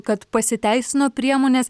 kad pasiteisino priemonės